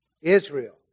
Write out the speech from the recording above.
Israel